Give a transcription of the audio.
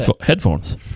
Headphones